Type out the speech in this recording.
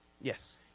Yes